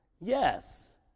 Yes